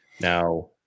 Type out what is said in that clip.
Now